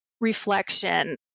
reflection